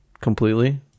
completely